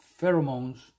pheromones